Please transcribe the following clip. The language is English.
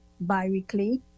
bi-weekly